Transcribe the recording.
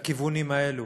לכיוונים הללו,